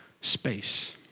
space